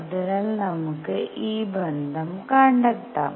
അതിനാൽ നമുക്ക് ഈ ബന്ധം കണ്ടെത്താം